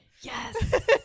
yes